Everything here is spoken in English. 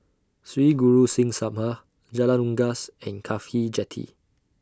Sri Guru Singh Sabha Jalan Unggas and Cafhi Jetty